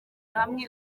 hamwe